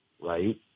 right